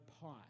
pot